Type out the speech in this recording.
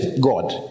God